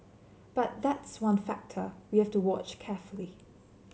but that's one factor we have to watch carefully